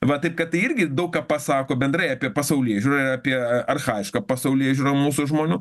va taip kad tai irgi daug ką pasako bendrai apie pasaulėžiūrą apie archajišką pasaulėžiūrą mūsų žmonių